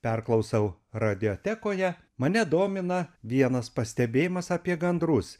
perklausau radiotekoje mane domina vienas pastebėjimas apie gandrus